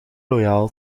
loyaal